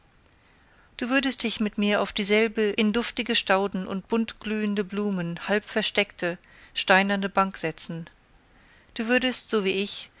du würdest dich mit mir auf dieselbe in duftige stauden und bunt glühende blumen halb versteckte steinerne bank setzen du würdest so wie ich